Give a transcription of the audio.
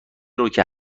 روکه